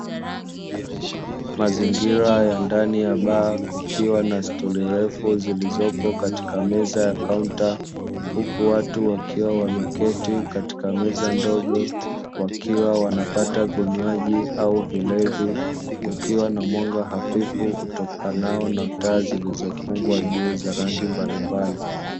Mazingira ya ndani ya baa kukiwa na stori refu zilizopo katika meza ya kaunta, huku watu wakiwa wameketi katika meza ndogo wakiwa wanapata vinywaji au vilevi, kukiwa na mwanga hafifu utokanao na taa zilizofungwa juu za rangi mbalimbali.